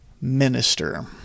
minister